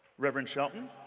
reverend shelton?